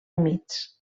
humits